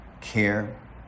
care